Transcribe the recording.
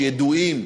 ידועים,